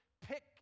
pick